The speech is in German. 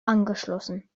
angeschlossen